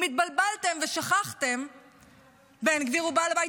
אם התבלבלתם ושכחתם, בן גביר הוא בעל הבית.